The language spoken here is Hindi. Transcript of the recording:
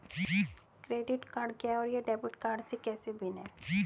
क्रेडिट कार्ड क्या है और यह डेबिट कार्ड से कैसे भिन्न है?